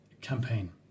campaign